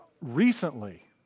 recently